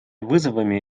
вызовами